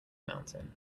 mountain